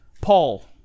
Paul